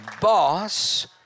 boss